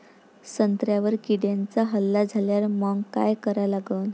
संत्र्यावर किड्यांचा हल्ला झाल्यावर मंग काय करा लागन?